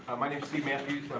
ah my name's steve matthews.